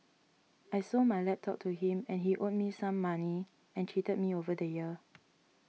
I sold my laptop to him and he owed me some money and cheated me over the year